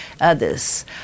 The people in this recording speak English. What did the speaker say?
others